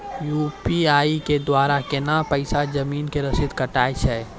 UPI के द्वारा केना कऽ पैसा जमीन के रसीद कटैय छै?